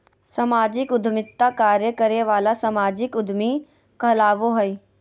सामाजिक उद्यमिता कार्य करे वाला सामाजिक उद्यमी कहलाबो हइ